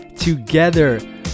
Together